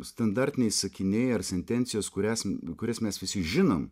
standartiniai sakiniai ar sentencijos kurias kurias mes visi žinom